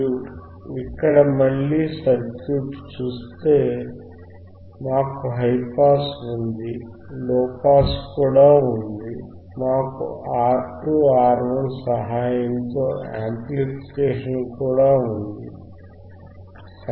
మీరు ఇక్కడ మళ్ళీ సర్క్యూట్ చూస్తే మాకు హైపాస్ ఉంది లోపాస్ కూడా ఉంది మాకు R2 R1 సహాయంతో యాంప్లిఫికేషన్ కూడా ఉందా